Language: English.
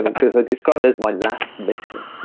but because i describe it as my last mission.